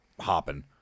hopping